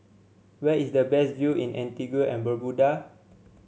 where is the best view in Antigua and Barbuda